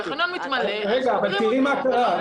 כשהחניון מתמלא, סוגרים אותו.